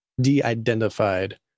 de-identified